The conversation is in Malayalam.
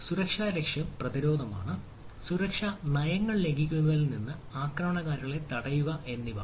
ഒരു സുരക്ഷാ ലക്ഷ്യമാണ് പ്രതിരോധം സുരക്ഷാ നയങ്ങൾ ലംഘിക്കുന്നതിൽ നിന്ന് ആക്രമണകാരികളെ തടയുക എന്നിവ